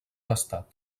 l’estat